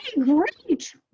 great